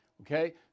Okay